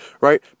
right